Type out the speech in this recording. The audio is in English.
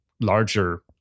larger